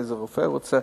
לאיזה רופא שהוא רוצה.